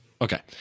Okay